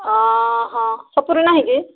ସପୁରି ନାହିଁ କି